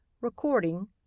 Recording